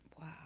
Wow